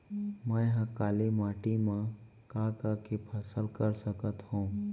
मै ह काली माटी मा का का के फसल कर सकत हव?